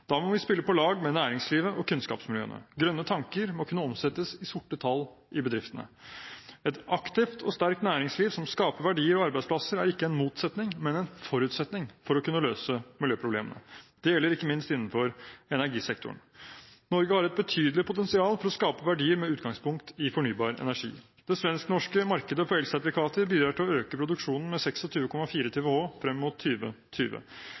Da må vi spille på lag med næringslivet og kunnskapsmiljøene. Grønne tanker må kunne omsettes i sorte tall i bedriftene. Et aktivt og sterkt næringsliv som skaper verdier og arbeidsplasser, er ikke en motsetning, men en forutsetning for å kunne løse miljøproblemene. Det gjelder ikke minst innenfor energisektoren. Norge har et betydelig potensial for å skape verdier med utgangspunkt i fornybar energi. Det svensk-norske markedet for elsertifikater bidrar til å øke produksjonen med 26,4 TWh frem mot